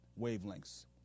wavelengths